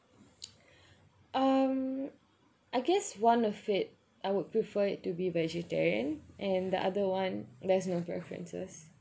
um I guess one of it I would prefer it to be vegetarian and the other one there's no preferences